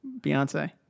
Beyonce